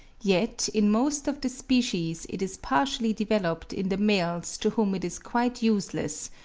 yet in most of the species it is partially developed in the males to whom it is quite useless,